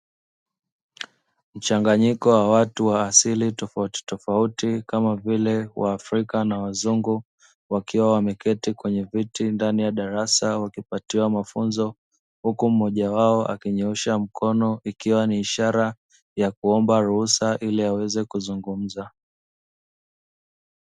Mchanganyiko wa watu wa asili tofautitofauti kama vile waafrika na wazungu wakiwa wameketi kwenye viti ndani ya darasa wakipatiwa mafunzo huku mmoja wao akinyoosha mkono ikiwa ni ishara ya kuomba ruhusa ili aweze kuzungumza.